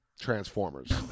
Transformers